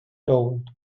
gold